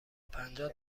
پنجاه